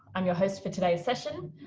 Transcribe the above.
am your host for today's session.